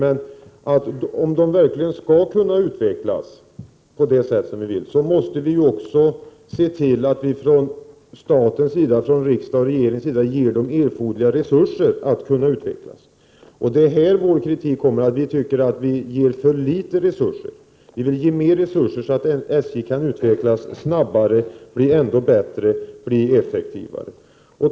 Men om SJ verkligen skall kunna utvecklas på det sätt vi vill, måste vi se till att riksdag och regering ger SJ erforderliga resurser för att kunna utvecklas. Vår kritik är att staten ger SJ för litet av resurser. Vi vill ge större resurser, så att SJ kan utvecklas snabbare och bli ännu bättre och effektivare.